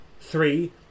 Three